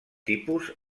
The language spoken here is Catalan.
tipus